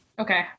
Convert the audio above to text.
okay